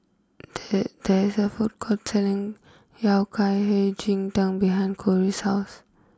there there is a food court selling Yao Hei Ji Tang behind Kori's house